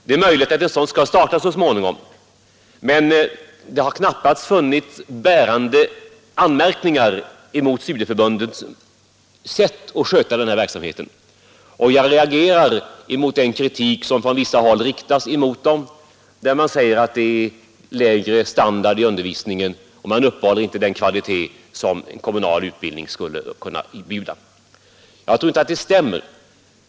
Det är möjligt att en sådan skall starta så småningom men det har knappast funnits bärande anmärkningar mot studieförbundens sätt att sköta den här verksamheten, och jag reagerar mot den kritik som från vissa håll riktas mot dem där man säger att undervisningen har lägre standard och inte når den kvalitet som kommunal utbildning skulle kunna erbjuda. Jag tror inte att detta stämmer.